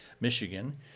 Michigan